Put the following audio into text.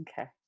Okay